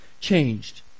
changed